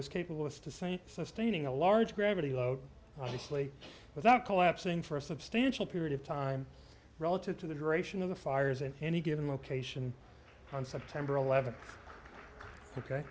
was capable as to st sustaining a large gravity load obviously without collapsing for a substantial period of time relative to the duration of the fires in any given location on september eleventh ok